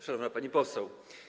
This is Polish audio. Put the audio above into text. Szanowna Pani Poseł!